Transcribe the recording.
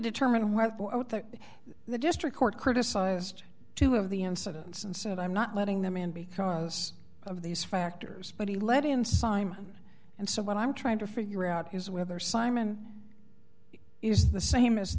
determine whether the district court criticized two of the incidents and said i'm not letting them in because of these factors but he let in simon and so what i'm trying to figure out is whether simon is the same as